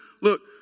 look